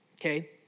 Okay